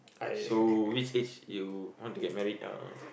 so which age you want to get married uh